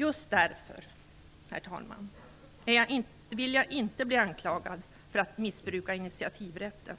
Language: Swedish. Just därför, herr talman, vill jag inte bli anklagad för att missbruka initiativrätten.